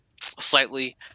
slightly